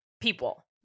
people